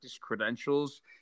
credentials